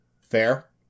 Fair